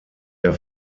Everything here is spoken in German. der